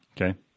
Okay